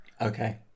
Okay